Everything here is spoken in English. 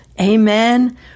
Amen